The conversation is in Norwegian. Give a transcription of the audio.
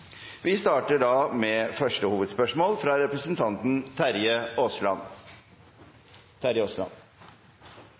Første hovedspørsmål er fra representanten Terje Aasland.